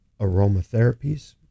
aromatherapies